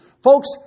Folks